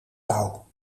touw